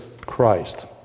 Christ